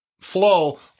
flow